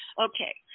Okay